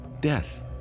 death